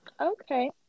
okay